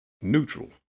neutral